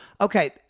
Okay